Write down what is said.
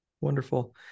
Wonderful